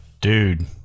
Dude